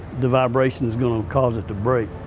the vibration's gonna cause it to break.